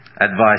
advice